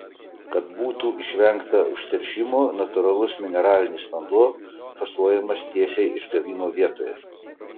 kad būtų išvengta užteršimo natūralus mineralinis vanduo fasuojamas tiesiai išgavimo vietoje